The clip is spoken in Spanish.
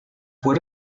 fue